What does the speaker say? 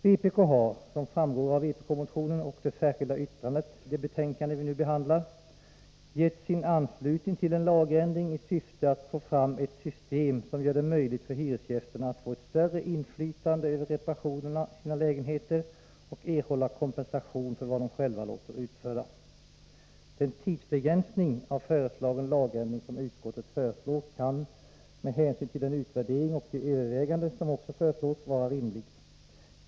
Vpk har, som framgår av vpk-motionen och det särskilda yttrandet till det betänkande vi nu behandlar, gett sin anslutning till en lagändring i syfte att få fram ett system som gör det möjligt för hyresgästerna att få ett större inflytande över reparationer i sina lägenheter och erhålla kompensation för vad de själva låter utföra. Den tidsbegränsning av föreslagen lagändring som utskottet föreslår kan, med hänsyn till den utvärdering och de överväganden som föreslås, vara rimlig.